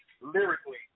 lyrically